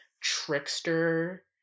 trickster